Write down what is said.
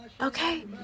Okay